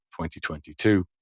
2022